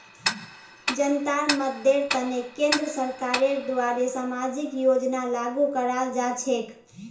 जनतार मददेर तने केंद्र सरकारेर द्वारे सामाजिक योजना लागू कराल जा छेक